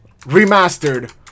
Remastered